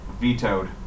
Vetoed